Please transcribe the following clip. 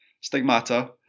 stigmata